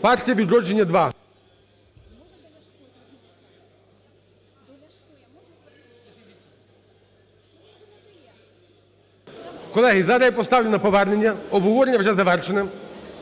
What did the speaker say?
"Партія "Відродження" – 2. Колеги, зараз я поставлю на повернення, обговорення вже завершено.